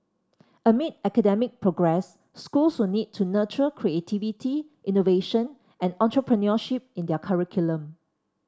amid academic progress schools will need to nurture creativity innovation and entrepreneurship in their curriculum